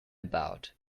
about